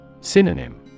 Synonym